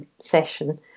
session